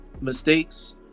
mistakes